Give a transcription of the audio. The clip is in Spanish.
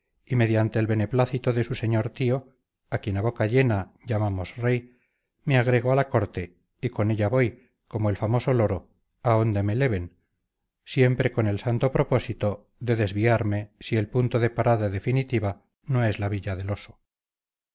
y mediante el beneplácito de su señor tío a quien a boca llena llamamos rey me agrego a la corte y con ella voy como el famoso loro a onde me leven siempre con el sano propósito de desviarme si el punto de parada definitiva no es la villa del oso